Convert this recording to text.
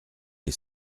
les